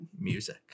music